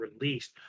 released